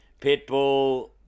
Pitbull